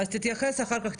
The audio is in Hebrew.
אז תתייחס אחר כך,